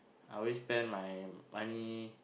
I always spend my money